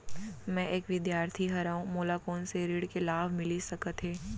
मैं एक विद्यार्थी हरव, मोला कोन से ऋण के लाभ मिलिस सकत हे?